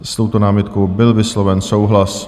S touto námitkou byl vysloven souhlas.